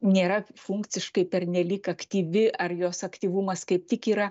nėra funkciškai pernelyg aktyvi ar jos aktyvumas kaip tik yra